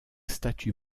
statues